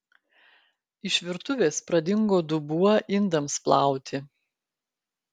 iš virtuvės pradingo dubuo indams plauti